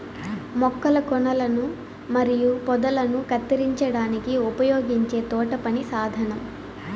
మొక్కల కొనలను మరియు పొదలను కత్తిరించడానికి ఉపయోగించే తోటపని సాధనం